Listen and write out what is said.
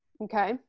Okay